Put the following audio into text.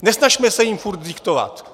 Nesnažme se jim furt diktovat!